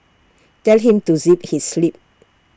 tell him to zip his lip